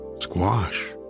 squash